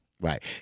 Right